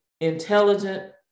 intelligent